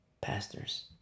pastors